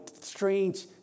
strange